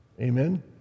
Amen